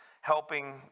helping